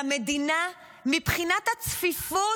מבחינת הצפיפות,